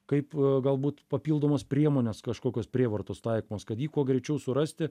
kaip galbūt papildomos priemonės kažkokios prievartos taikomos kad ji kuo greičiau surasti